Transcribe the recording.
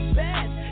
best